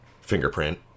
fingerprint